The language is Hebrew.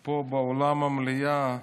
פה באולם המליאה,